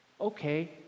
okay